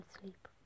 sleep